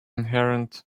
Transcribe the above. inherent